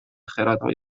خردهای